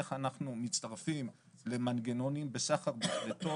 איך אנחנו מצטרפים למנגנונים בסחר בפליטות?